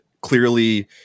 clearly